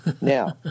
Now